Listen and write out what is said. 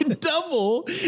double